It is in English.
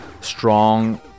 strong